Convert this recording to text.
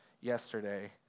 yesterday